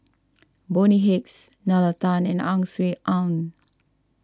Bonny Hicks Nalla Tan and Ang Swee Aun